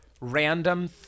random